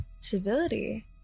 civility